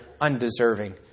undeserving